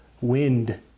wind